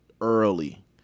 early